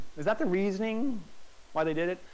is that the reasoning why they did it?